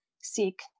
seek